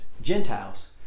Gentiles